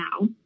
now